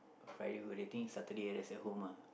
Friday go dating Saturday rest at home ah